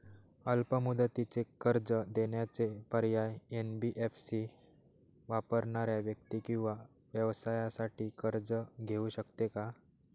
अल्प मुदतीचे कर्ज देण्याचे पर्याय, एन.बी.एफ.सी वापरणाऱ्या व्यक्ती किंवा व्यवसायांसाठी कर्ज घेऊ शकते का?